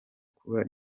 kuba